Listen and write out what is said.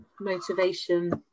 motivation